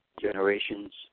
generations